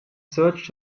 searched